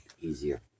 easier